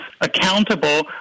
accountable